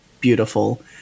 beautiful